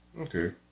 Okay